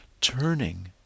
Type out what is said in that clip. turning